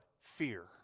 Fear